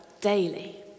daily